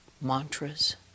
mantras